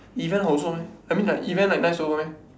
event 好做 meh I mean like event like nice to work meh